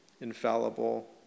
infallible